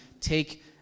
take